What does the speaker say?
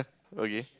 oh ya